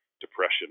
depression